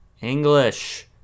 English